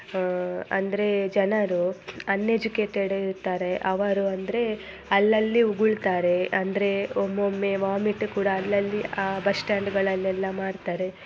ಅಂದರೆ ಜನರು ಅನ್ಎಜುಕೇಟೆಡ್ ಇರ್ತಾರೆ ಅವರು ಅಂದರೆ ಅಲ್ಲಲ್ಲಿ ಉಗುಳ್ತಾರೆ ಅಂದರೆ ಒಮ್ಮೊಮ್ಮೆ ವಾಮಿಟ್ ಕೂಡ ಅಲ್ಲಲ್ಲಿ ಆ ಬಸ್ಸ್ಟ್ಯಾಂಡ್ಗಳಲ್ಲೆಲ್ಲ ಮಾಡ್ತಾರೆ